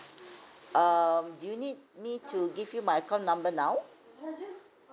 um do you need me to give you my account number now